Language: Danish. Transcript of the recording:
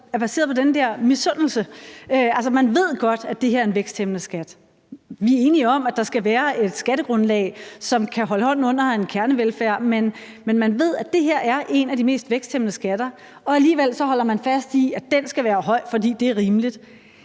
er baseret på den der misundelse. Altså, man ved godt, at det her er en væksthæmmende skat; vi er enige om, at der skal være et skattegrundlag, som kan holde hånden under en kernevelfærd, men man ved, at det her er en af de mest væksthæmmende skatter, og alligevel holder man fast i, at den skal være høj, fordi det er rimeligt.